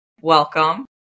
welcome